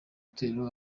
itorero